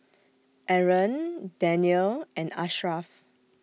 Aaron Daniel and Ashraf